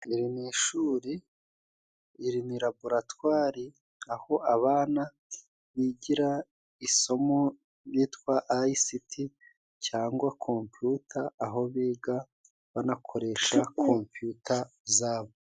Iri ni ishuri, iri ni laboratwari aho abana bigira isomo ryitwa Ayisiti cyangwa Kompiyuta aho biga banakoresha kumpiyuta zabo.